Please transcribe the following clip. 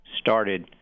started